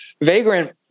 Vagrant